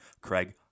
Craig